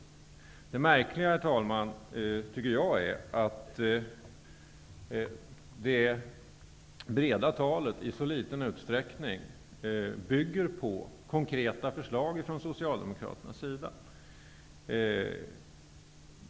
Det märkliga, herr talman, är att det vida talet i så liten utsträckning bygger på konkreta förslag från Socialdemokraterna.